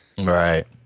Right